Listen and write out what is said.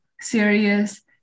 serious